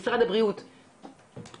לאפשר לכלל הגורמים להתייחס לנקודות שאת